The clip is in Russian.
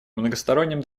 многосторонним